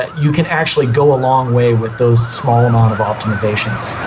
you can actually go ah long way with those small amount of optimisations.